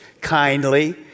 Kindly